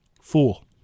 fool